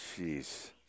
Jeez